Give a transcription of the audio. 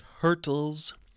Turtles